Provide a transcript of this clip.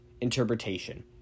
interpretation